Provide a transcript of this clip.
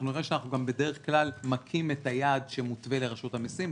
אנחנו נראה שבדרך כלל אנחנו מכים את היעד שמותווה לרשות המסים,